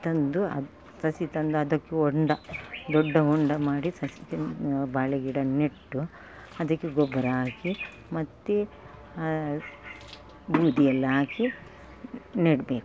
ತಂದು ಆ ಸಸಿ ತಂದು ಅದಕ್ಕೆ ಹೊಂಡ ದೊಡ್ಡ ಹೊಂಡ ಮಾಡಿ ಸಸಿಗೆ ಬಾಳೆಗಿಡ ನೆಟ್ಟು ಅದಕ್ಕೆ ಗೊಬ್ಬರ ಹಾಕಿ ಮತ್ತೆ ಬೂದಿಯೆಲ್ಲ ಹಾಕಿ ನೆಡಬೇಕು